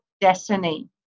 destiny